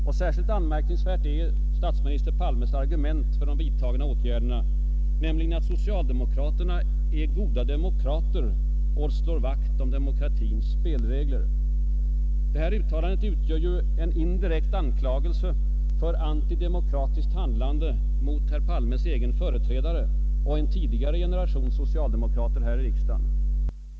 Och särskilt anmärkningsvärt är statsminister Palmes argument för de vidtagna åtgärderna, nämligen att socialdemokraterna ”är goda demokrater och slår vakt om demokratins spelregler”. Detta uttalande utgör ju en indirekt anklagelse för antidemokratiskt handlande mot herr Palmes egen företrädare och en tidigare generation socialdemokrater här i riksdagen.